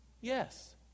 Yes